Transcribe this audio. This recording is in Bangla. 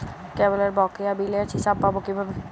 কেবলের বকেয়া বিলের হিসাব পাব কিভাবে?